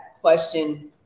question